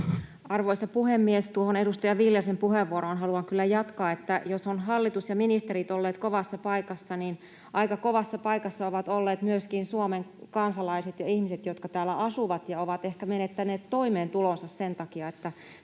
Arvoisa puhemies! Tuohon edustaja Viljasen puheenvuoroon haluan kyllä jatkaa, että jos ovat hallitus ja ministerit olleet kovassa paikassa, niin aika kovassa paikassa ovat olleet myöskin Suomen kansalaiset ja ihmiset, jotka täällä asuvat ja ovat ehkä menettäneet toimeentulonsa sen takia, että